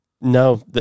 No